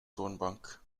toonbank